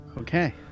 Okay